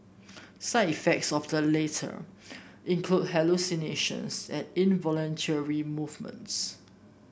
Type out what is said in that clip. side effects of the latter include hallucinations and involuntary movements